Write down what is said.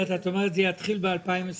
את אומרת שזה יתחיל ב-2024.